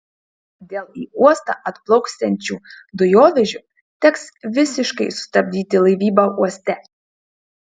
dėl į uostą atplauksiančių dujovežių teks visiškai sustabdyti laivybą uoste